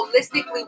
holistically